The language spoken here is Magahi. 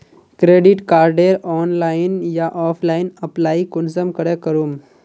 क्रेडिट कार्डेर ऑनलाइन या ऑफलाइन अप्लाई कुंसम करे करूम?